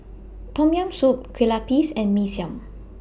Tom Yam Soup Kueh Lapis and Mee Siam